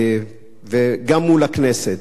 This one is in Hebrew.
וגם מול הכנסת.